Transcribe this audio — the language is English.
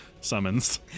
summons